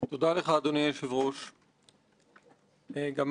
אומרים הרבה פעמים: הכנסת מדברת בחקיקה,